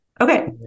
Okay